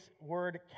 word